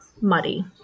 muddy